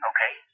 Okay